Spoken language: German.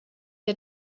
der